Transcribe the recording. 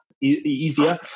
easier